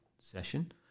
session